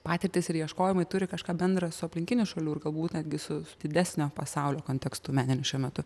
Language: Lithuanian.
patirtys ir ieškojimai turi kažką bendra su aplinkinių šalių ir galbūt netgi su su didesnio pasaulio kontekstu meniniu šiuo metu